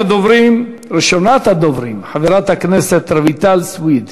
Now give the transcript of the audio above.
ראשונת הדוברים, חברת הכנסת רויטל סויד,